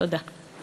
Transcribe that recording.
תודה.